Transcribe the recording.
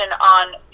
on